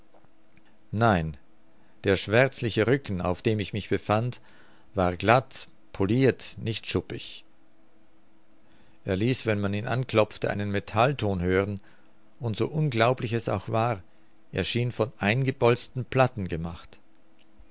nein der schwärzliche rücken auf dem ich mich befand war glatt polirt nicht schuppig er ließ wenn man ihn anklopfte einen metallton hören und so unglaublich es auch war er schien von eingebolzten platten gemacht